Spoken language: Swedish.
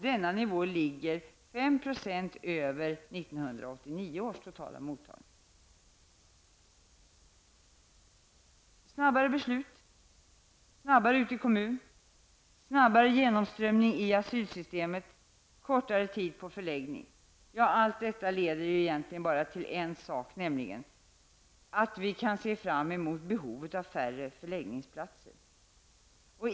Denna nivå ligger 5 % över 1989 års totala mottagande. Snabbare beslut, snabbare ut i kommun, snabbare genomströmning i asylsystemet, kortare tid på förläggning, allt detta leder egentligen bara till en sak, nämligen att vi kan se fram emot att behöva färre förläggningsplatser.